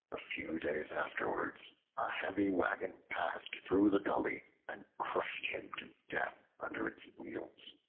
a few days afterwards a heavy wagon passed through the gully and crushed him to death under its wheels.